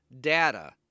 data